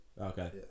Okay